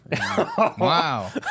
Wow